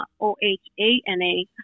O-H-A-N-A